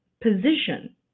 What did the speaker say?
position